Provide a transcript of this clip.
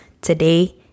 today